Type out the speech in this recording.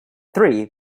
three